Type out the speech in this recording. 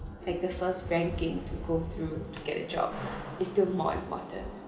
like the first banking to go through to get a job is still more important